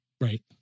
Right